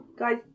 guys